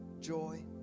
joy